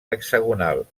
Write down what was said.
hexagonal